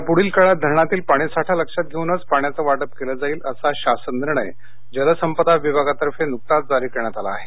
यापूढील काळात धरणातील पाणी साठा लक्षात घेऊनच पाण्याचं वाटप केलं जाईल असा शासन निर्णय जलसंपदा विभागातर्फे नुकताच जारी करण्यात आला आहे